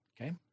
Okay